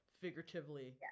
figuratively